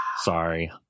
sorry